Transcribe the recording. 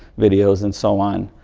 videos and so on.